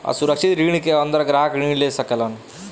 असुरक्षित ऋण के अंदर ग्राहक ऋण ले सकेलन